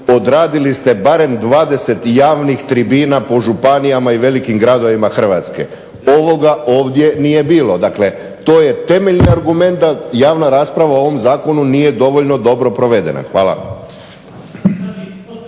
odradili ste barem 20 javnih tribina po županijama i velikim gradovima Hrvatske. Ovoga ovdje nije bilo. Dakle to je temeljni argument da javna rasprava o ovom zakonu nije dovoljno dobro provedena. Hvala.